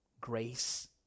grace